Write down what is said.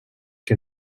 que